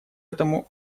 этому